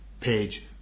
page